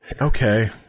Okay